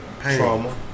Trauma